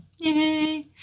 yay